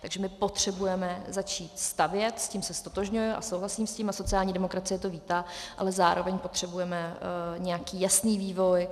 Takže potřebujeme začít stavět, s tím se ztotožňuji a souhlasím s tím, a sociální demokracie to vítá, ale zároveň potřebujeme nějaký jasný vývoj.